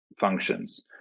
functions